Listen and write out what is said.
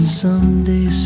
someday